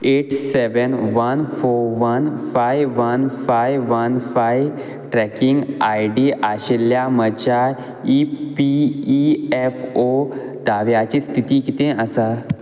eight seven one four one five one five one five tracking I D आशिल्ल्या म्हज्या E P F O ओ दाव्याची स्थिती कितें आसा